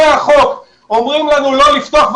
אומרים לנו לא לפתוח,